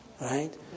Right